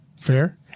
fair